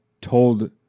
told